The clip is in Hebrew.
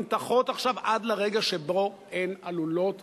עד לרגע שבו הן עלולות